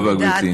תודה רבה, גברתי.